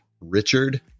Richard